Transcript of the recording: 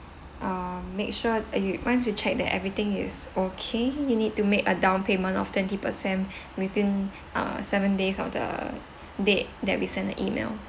uh make sure that you once you check that everything is okay you need to make a down payment of twenty percent within uh seven days of the date that we send the E-mail